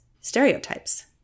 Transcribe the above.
stereotypes